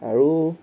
আৰু